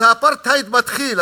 אז האפרטהייד מתחיל.